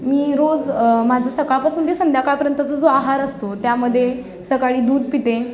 मी रोज माझा सकाळपासून ते संध्याकाळपर्यंतचा जो आहार असतो त्यामध्ये सकाळी दूध पिते